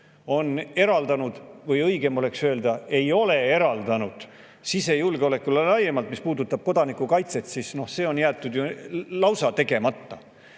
eraldanud – õigem oleks öelda, mida ei ole eraldanud – sisejulgeolekule laiemalt, mis puudutab kodanikukaitset, siis see on jäetud ju lausa tegemata.